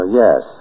yes